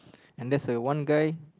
and there's a one guy